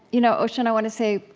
you know ocean, i want to say,